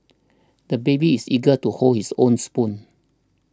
the baby is eager to hold his own spoon